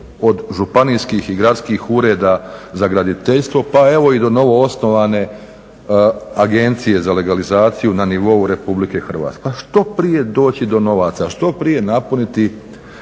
od županijskih i gradskih ureda za graditeljstvo pa evo i do novoosnovane agencije za legalizaciju na nivou Republike Hrvatske. Pa što prije doći do novaca, što prije napuniti